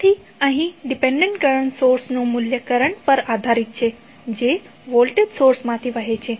તેથી અહીં dependent current સોર્સનુ મૂલ્ય કરંટ પર આધારિત છે જે વોલ્ટેજ સોર્સમાંથી વહે છે